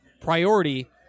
priority